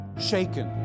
shaken